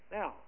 Now